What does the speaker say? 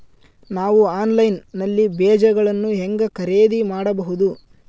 ನಾವು ಆನ್ಲೈನ್ ನಲ್ಲಿ ಬೇಜಗಳನ್ನು ಹೆಂಗ ಖರೇದಿ ಮಾಡಬಹುದು?